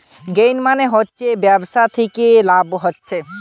gain মানে হচ্ছে ব্যবসা থিকে যে লাভ হচ্ছে